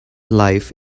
life